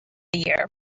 year